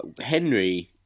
Henry